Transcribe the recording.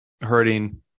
hurting